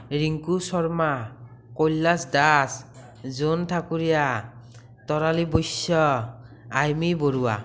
Rinku Sharma Kailash Das Jon Thakuria Tarali Baishya Aimee Barua